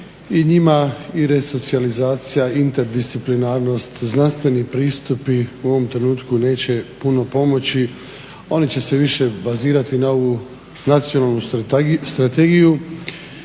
I njima i resocijalizacija i disciplinarnost, znanstveni pristupi u ovom trenutku neće puno pomoći. Oni će se više bazirati na ovu nacionalnu strategiju.